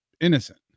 innocent